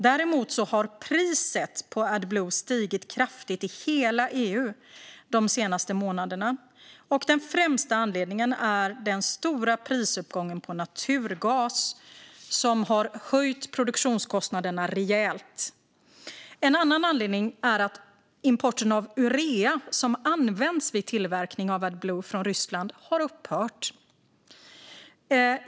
Däremot har priset på Adblue stigit kraftigt i hela EU de senaste månaderna. Den främsta anledningen är den stora prisuppgången på naturgas, som har höjt produktionskostnaderna rejält. En annan anledning är att importen av urea, som används vid tillverkning av Adblue, från Ryssland har upphört.